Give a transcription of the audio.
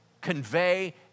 convey